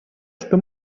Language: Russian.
что